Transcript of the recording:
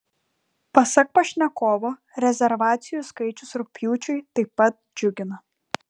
pasak pašnekovo rezervacijų skaičius rugpjūčiui taip pat džiugina